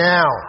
Now